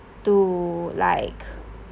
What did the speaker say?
to like